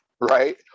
right